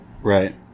Right